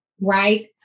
right